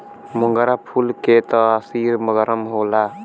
मोगरा फूल के तासीर गरम होला